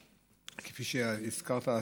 כפי שהזכרת,